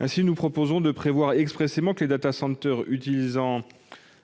amendement tend à préciser expressément que les utilisant